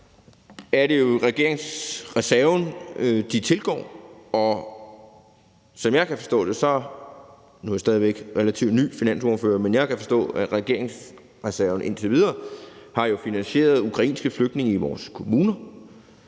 er det jo regeringsreserven, de tilgår, og nu er jeg stadig væk relativt ny som finansordfører, men jeg kan jo forstå, at regeringsreserven indtil videre har finansieret ukrainske flygtninge i vores kommuner,